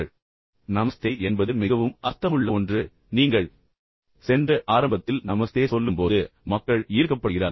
எனவே எடுத்துக்காட்டாக நமஸ்தே என்பது மிகவும் அர்த்தமுள்ள ஒன்று நீங்கள் சென்று ஆரம்பத்தில் நமஸ்தே சொல்லும்போது மக்கள் மிகவும் ஈர்க்கப்படுகிறார்கள்